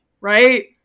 right